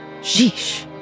Sheesh